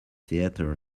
theater